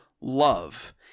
love